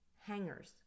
hangers